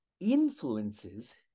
influences